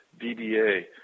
DBA